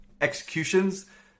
executions